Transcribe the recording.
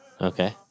Okay